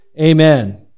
amen